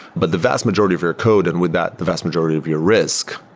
but the vast majority of your code, and with that, the vast majority of your risk,